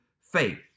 faith